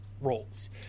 roles